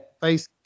face